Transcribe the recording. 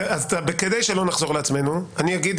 כדי שלא נחזור על עצמנו אני אגיד,